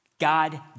God